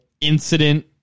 incident